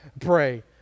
pray